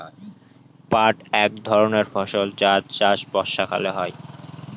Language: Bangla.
পাট এক ধরনের ফসল যার চাষ বর্ষাকালে হয়